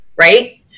right